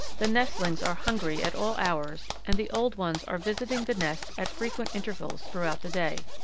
the nestlings are hungry at all hours, and the old ones are visiting the nest at frequent intervals throughout the day.